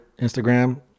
Instagram